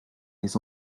les